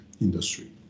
industry